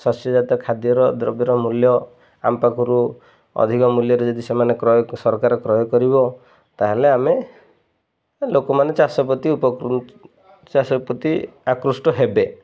ସସ୍ୟଜାତ ଖାଦ୍ୟର ଦ୍ରବ୍ୟର ମୂଲ୍ୟ ଆମ ପାଖରୁ ଅଧିକ ମୂଲ୍ୟରେ ଯଦି ସେମାନେ କ୍ରୟ ସରକାର କ୍ରୟ କରିବ ତାହେଲେ ଆମେ ଲୋକମାନେ ଚାଷ ପ୍ରତି ଉପକୃ ଚାଷ ପ୍ରତି ଆକୃଷ୍ଟ ହେବେ